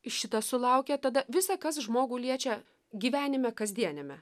šitas sulaukia tada visa kas žmogų liečia gyvenime kasdieniame